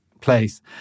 place